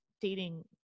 dating